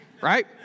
Right